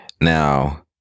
Now